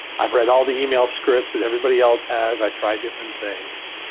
i've read all the email scripts that everybody else has. i tried different things